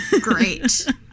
Great